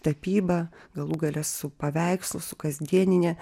tapyba galų gale su paveikslu su kasdienine